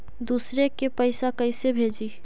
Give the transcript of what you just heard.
दुसरे के पैसा कैसे भेजी?